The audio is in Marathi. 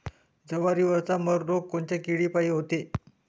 जवारीवरचा मर रोग कोनच्या किड्यापायी होते?